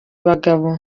bagabo